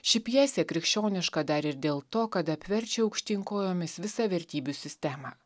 ši pjesė krikščioniška dar ir dėl to kad apverčia aukštyn kojomis visą vertybių sistemą